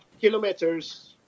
kilometers